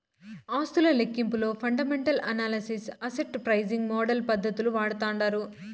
ఆస్తుల లెక్కింపులో fundamental analysis, asset pricing model పద్దతులు వాడతాండారు